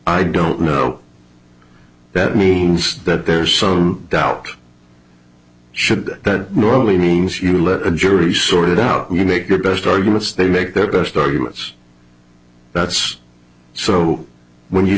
i don't know that means that there's some doubt should that normally means you let the jury sort it out you make your best arguments they make their best arguments that's so when you